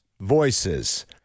Voices